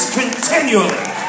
continually